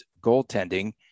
goaltending